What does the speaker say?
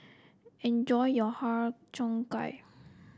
enjoy your Har Cheong Gai